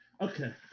Okay